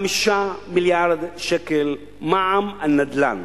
5 מיליארד שקל מע"מ על נדל"ן.